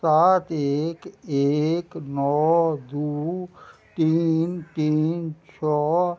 सात एक एक नओ दू तीन तीन छओ